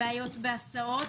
בעיות בהסעות,